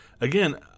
again